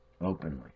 Openly